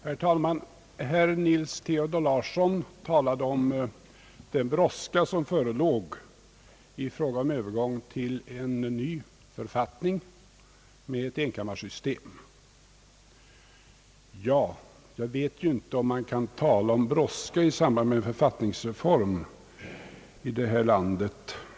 Herr talman! Herr Nils Theodor Larsson talade om den brådska som förelåg i fråga om övergång till en ny författning med enkammarsystem. Jag vet inte om man kan tala om brådska i samband med en författningsreform i detta land.